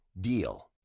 DEAL